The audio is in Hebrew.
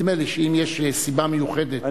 נדמה לי שאם יש סיבה מיוחדת,